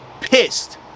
pissed